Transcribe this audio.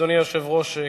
אדוני היושב-ראש,